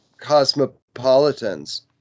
cosmopolitans